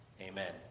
Amen